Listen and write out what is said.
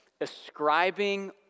ascribing